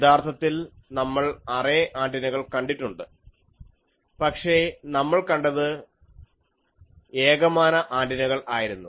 യഥാർത്ഥത്തിൽ നമ്മളൾ അറേ ആന്റിനകൾ കണ്ടിട്ടുണ്ട് പക്ഷേ നമ്മൾ കണ്ടത് ഏകമാന ആന്റിനകൾ ആയിരുന്നു